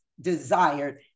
desired